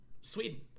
Sweden